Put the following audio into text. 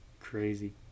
Crazy